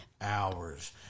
hours